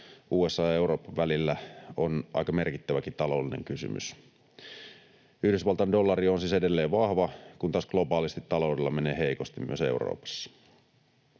USA:n ja Euroopan välillä on aika merkittäväkin taloudellinen kysymys. Yhdysvaltain dollari on siis edelleen vahva, kun taas globaalisti taloudella menee heikosti myös Euroopassa.